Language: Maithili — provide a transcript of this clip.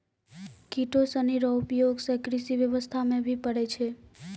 किटो सनी रो उपयोग से कृषि व्यबस्था मे भी पड़ै छै